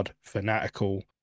fanatical